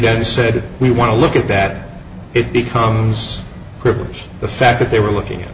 then said we want to look at that it becomes cripps the fact that they were looking